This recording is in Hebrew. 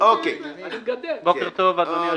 אדוני היושב-ראש,